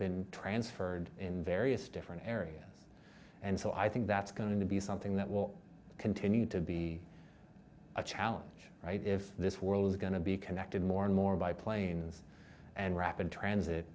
been transferred in various different area and so i think that's going to be something that will continue to be a challenge if this world is going to be connected more and more biplanes and rapid transit